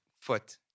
foot